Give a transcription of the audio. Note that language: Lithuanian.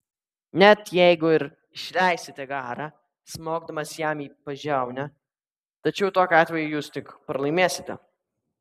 net jeigu ir išleisite garą smogdamas jam į pažiaunę tačiau tokiu atveju jūs tik pralaimėsite